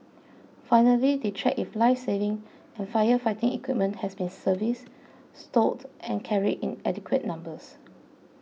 finally they check if lifesaving and firefighting equipment has been serviced stowed and carried in adequate numbers